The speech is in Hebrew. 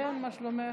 מה שלומך?